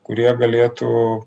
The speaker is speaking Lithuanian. kurie galėtų